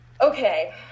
Okay